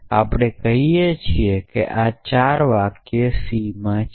આપણે કહીએ છીએ કે આ 4 વાક્ય c દર્શાવે છે